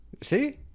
See